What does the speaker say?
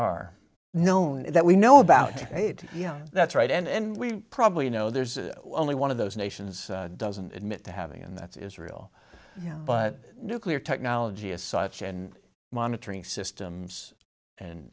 are known that we know about it yeah that's right and we probably know there's only one of those nations doesn't admit to having and that's israel but nuclear technology as such and monitoring systems and